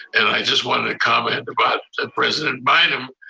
and i just wanted to comment about the president bynum,